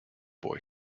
boy